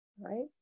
right